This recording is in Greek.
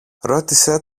ρώτησε